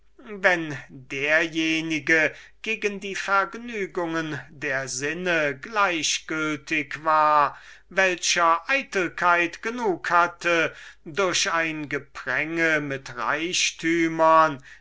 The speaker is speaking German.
wenn derjenige gegen die vergnügungen der sinne gleichgültig war der sich von der eitelkeit dahinreißen ließ durch ein gepränge mit reichtümern